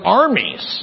armies